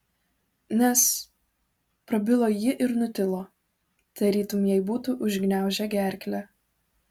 nes prabilo ji ir nutilo tarytum jai būtų užgniaužę gerklę